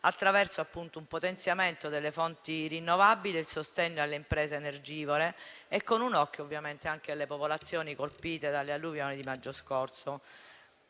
attraverso un potenziamento delle fonti rinnovabili e il sostegno alle imprese energivore e con un occhio anche alle popolazioni colpite dalle alluvioni delle scorso